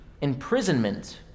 imprisonment